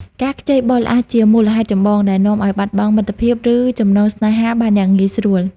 ការខ្ចីបុលអាចជាមូលហេតុចម្បងដែលនាំឲ្យបាត់បង់មិត្តភាព ឬចំណងស្នេហាបានយ៉ាងងាយស្រួល។